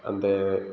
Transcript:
அந்த